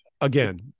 again